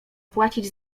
płacić